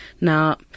Now